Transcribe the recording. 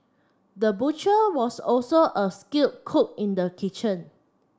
the butcher was also a skilled cook in the kitchen